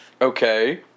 Okay